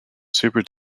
super